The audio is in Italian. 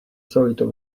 solito